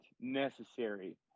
necessary